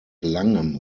langem